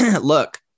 look